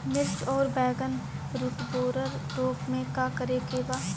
मिर्च आउर बैगन रुटबोरर रोग में का करे के बा?